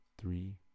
three